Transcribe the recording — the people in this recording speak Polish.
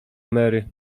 mary